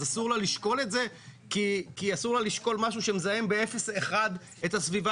אז אסור לה לשקול את זה כי אסור לה לשקול משהו שמזהם ב-0.1 את הסביבה,